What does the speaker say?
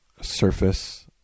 surface